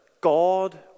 God